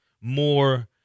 more